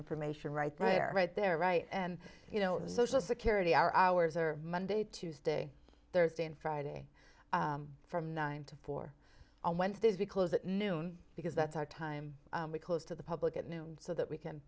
information right there right there right and you know the social security our hours are monday tuesday thursday and friday from nine to four on wednesdays we close at noon because that's our time we closed to the public at noon so that we can